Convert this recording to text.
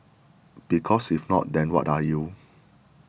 because if not then what are you